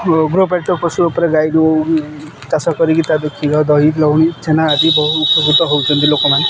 ଗୃହପାଳିତ ପଶୁ ଉପରେ ଗାଈରୁ ଚାଷ କରିକି ତା କ୍ଷୀର ଦହି ଲହୁଣୀ ଛେନା ଆଦି ବହୁ ଉପକୃତ ହଉଛନ୍ତି ଲୋକମାନେ